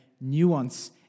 nuance